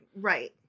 Right